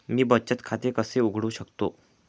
मी बचत खाते कसे उघडू शकतो?